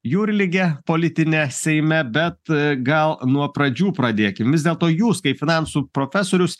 jūrligė politinė seime bet gal nuo pradžių pradėkim vis dėlto jūs kaip finansų profesorius